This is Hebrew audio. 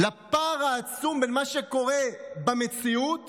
לפער העצום בין מה שקורה במציאות